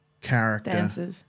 character